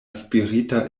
spirita